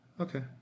Okay